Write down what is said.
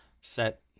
set